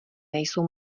nejsou